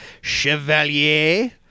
Chevalier